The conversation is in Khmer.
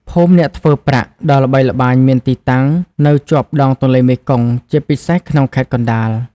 ភូមិអ្នកធ្វើប្រាក់ ដ៏ល្បីល្បាញមានទីតាំងនៅជាប់ដងទន្លេមេគង្គ ជាពិសេសក្នុងខេត្តកណ្តាល។